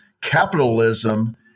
capitalism